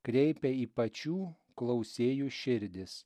kreipia į pačių klausėjų širdis